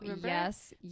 yes